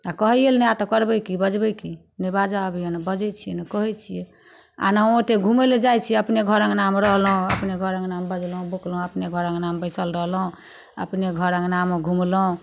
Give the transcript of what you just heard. आओर कहैएलए नहि आएत तऽ करबै कि बजबै कि नहि बाजऽ अबैए नहि बाजै छिए नहि कहै छिए आओर नहि हम ओतेक घुमैलए जाइ छिए अपने घर अँगनामे रहलहुँ अपने घरअँगनामे बजलहुँ भुकलहुँ अपने घर अँगनामे बैसल रहलहुँ अपने घर अँगनामे घुमलहुँ